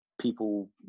people